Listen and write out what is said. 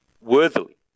worthily